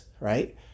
Right